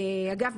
אגב,